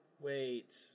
Wait